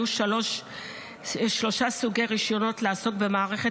יהיו שלושה סוגי רישיונות לעסוק במערכות